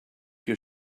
your